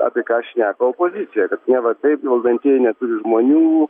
apie ką šneka opozicija kad neva taip valdantieji neturi žmonių